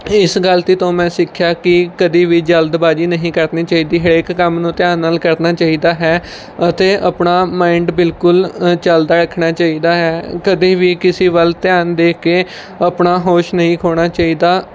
ਇਸ ਗਲਤੀ ਤੋਂ ਮੈਂ ਸਿੱਖਿਆ ਕਿ ਕਦੀ ਵੀ ਜਲਦਬਾਜ਼ੀ ਨਹੀਂ ਕਰਨੀ ਚਾਹੀਦੀ ਹੈ ਇੱਕ ਕੰਮ ਨੂੰ ਧਿਆਨ ਨਾਲ ਕਰਨਾ ਚਾਹੀਦਾ ਹੈ ਅਤੇ ਆਪਣਾ ਮਾਇੰਡ ਬਿਲਕੁਲ ਚਲਦਾ ਰੱਖਣਾ ਚਾਹੀਦਾ ਹੈ ਕਦੇ ਵੀ ਕਿਸੇ ਵੱਲ ਧਿਆਨ ਦੇ ਕੇ ਆਪਣਾ ਹੋਸ਼ ਨਹੀਂ ਖੋਣਾ ਚਾਹੀਦਾ